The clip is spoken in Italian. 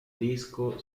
disco